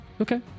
Okay